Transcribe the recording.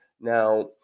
Now